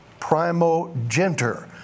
Primogenter